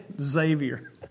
Xavier